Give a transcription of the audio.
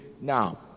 Now